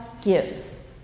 gives